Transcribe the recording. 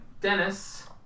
Dennis